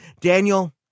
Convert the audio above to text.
Daniel